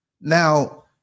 Now